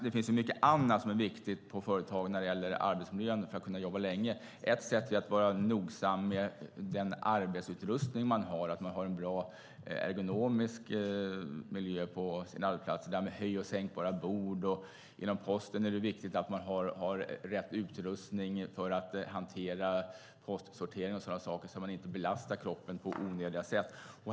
Det finns dock mycket annat som är viktigt på företag när det gäller arbetsmiljön och för att kunna jobba länge. Ett sätt är att vara nogsam med den arbetsutrustning man har, att man har en bra ergonomisk miljö på sin arbetsplats. Det handlar om höj och sänkbara bord, och inom Posten är det viktigt att man har rätt utrustning för att hantera postsortering och sådana saker så att man inte belastar kroppen på onödiga sätt.